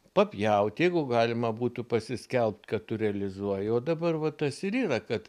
papjaut jeigu galima būtų pasiskelbt kad tu realizuoji o dabar va tas ir yra kad